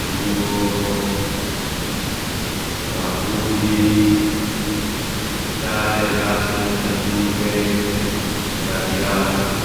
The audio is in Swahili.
nguo, mavuli, sare rasmi za shule, na viatu.